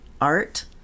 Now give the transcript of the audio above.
art